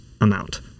amount